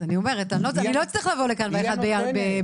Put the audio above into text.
אני לא אצטרך לבוא לכאן ב-1 במאי,